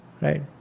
right